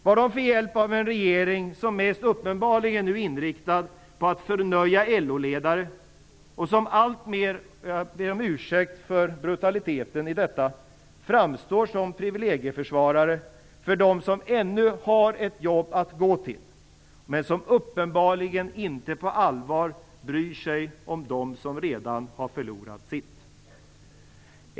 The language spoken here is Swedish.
Vad har de för hjälp av en regering som uppenbarligen mest är inriktad på att förnöja LO-ledare, som alltmer ber om ursäkt för brutaliteten i detta och framstår som privilegieförsvarare för dem som ännu har ett jobb att gå till, men som uppenbarligen inte på allvar bryr sig om dem som redan har förlorat sitt?